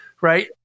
right